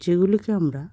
যেগুলিকে আমরা